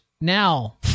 now